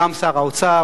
גם שר האוצר,